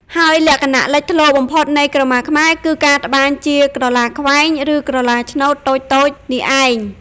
ហើយលក្ខណៈលេចធ្លោបំផុតនៃក្រមាខ្មែរ គឺការត្បាញជាក្រឡាខ្វែង ឬក្រឡាឈ្នូតតូចៗនេះឯង។